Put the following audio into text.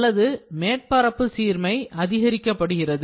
அல்லது மேற்பரப்பு சீர்மை அதிகரிக்கப்படுகிறது